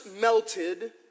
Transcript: melted